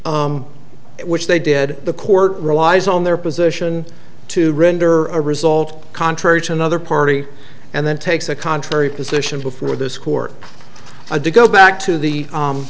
which they did the court relies on their position to render a result contrary to another party and then takes a contrary position before this court a go back to the